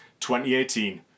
2018